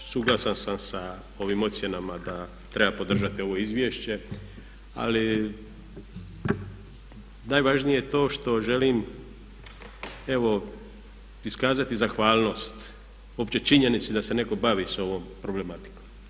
Ja također suglasan sam sa ovim ocjenama da treba podržati ovo izvješće ali najvažnije je to što želim evo iskazati zahvalnost opće činjenice da se netko bavi s ovom problematikom.